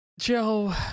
Joe